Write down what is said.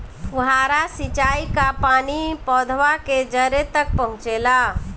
फुहारा सिंचाई का पानी पौधवा के जड़े तक पहुचे ला?